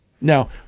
Now